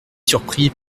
surpris